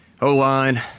O-line